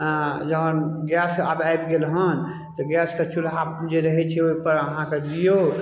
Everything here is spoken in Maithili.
अऽ जहन गैस आब आबि गेलहन तऽ गैसके चूल्हापर जे रहै छै ओइपर अहाँके दियौ